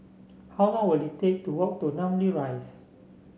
how long will it take to walk to Namly Rise